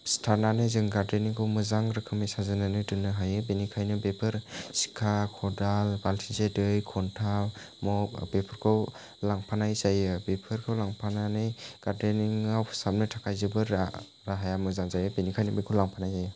सिथानानै जों गारदेनिंखौ मोजां रोखोमै साजायनानै दोननो हायो बेनिखाइनो बेफोर सिखा खदाल बालथिंसे दै खन्था मग बेफोरखौ लांफानाय जायो बेफोरखौ लांफानानै गारदेनिङाव फोसाबनो थाखाइ जोबोर रा राहाया मोजां जायो बेनिखाइनो बेखौ लांफानाय जायो